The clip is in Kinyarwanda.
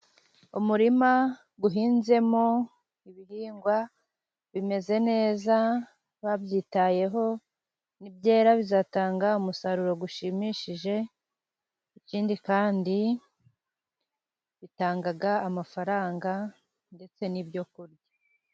Umurima uhinzemo ibihingwa bimeze neza babyitayeho, nibyera bizatanga umusaruro ushimishije. Ikindi kandi bitanga amafaranga ndetse n'ibyokurya.